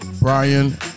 Brian